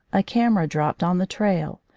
a camera dropped on the trail,